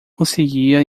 conseguia